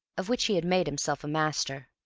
of which he had made himself a master.